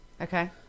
Okay